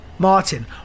Martin